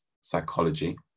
psychology